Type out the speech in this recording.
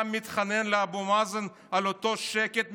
אתה מתחנן לאבו מאזן לאותו שקט,